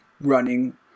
running –